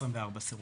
24 סירובים,